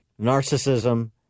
narcissism